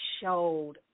showed